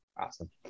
Awesome